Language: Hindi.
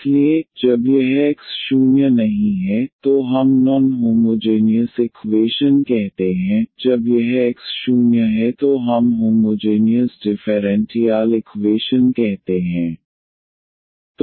इसलिए जब यह X 0 नहीं है तो हम नॉन होमोजेनियस इक्वेशन कहते हैं जब यह X 0 है तो हम होमोजेनियस डिफेरेंटियाल इक्वेशन कहते हैं